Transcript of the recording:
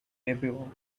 everyone